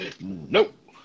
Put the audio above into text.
Nope